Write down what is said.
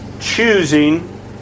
choosing